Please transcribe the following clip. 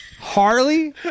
Harley